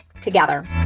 together